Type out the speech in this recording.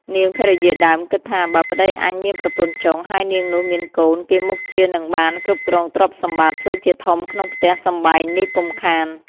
នាងភរិយាដើមគិតថា បើប្តីអញមានប្រពន្ធចុង ហើយនាងនោះមានកូន គេមុខជានឹងបាន គ្រប់គ្រងទ្រព្យសម្បត្តិ ធ្វើជាធំក្នុងផ្ទះសម្បែងនេះពុំខាន។